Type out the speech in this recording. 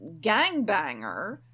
gangbanger